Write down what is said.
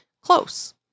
close